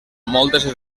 moltes